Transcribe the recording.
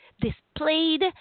displayed